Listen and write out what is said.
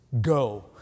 go